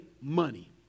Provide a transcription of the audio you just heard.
money